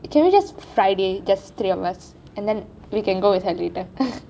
can we just friday just three of us and then we can go with her later